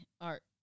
art